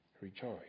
rejoice